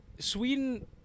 Sweden